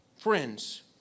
friends